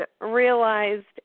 realized